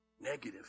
negative